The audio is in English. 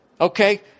Okay